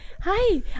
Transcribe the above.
Hi